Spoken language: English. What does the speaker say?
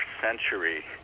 century